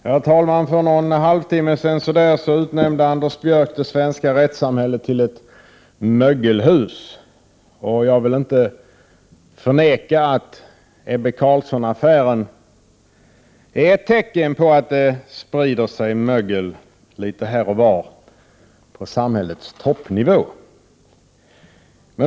Herr talman! För någon halvtimme sedan utnämnde Anders Björck det svenska rättssamhället till ett mögelhus. Jag vill inte förneka att Ebbe Carlsson-affären är ett tecken på att det sprider sig mögel litet här och var på samhällets toppnivå.